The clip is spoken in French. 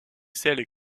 celle